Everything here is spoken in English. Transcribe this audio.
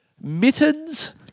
Mittens